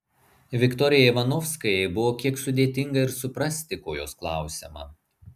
viktorijai ivanovskajai buvo kiek sudėtinga ir suprasti ko jos klausiama